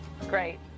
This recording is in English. Great